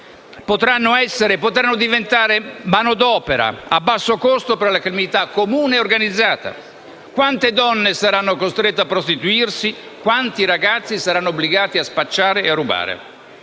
potranno diventare manodopera a basso costo per la criminalità comune e organizzata; quante donne saranno costrette a prostituirsi? Quanti ragazzi saranno obbligati a spacciare e a rubare?